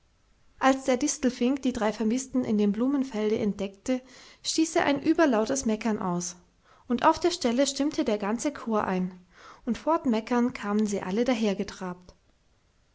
als der distelfink die drei vermißten in dem blumenfelde entdeckte stieß er ein überlautes meckern aus und auf der stelle stimmte der ganze chor ein und fortmeckernd kamen sie alle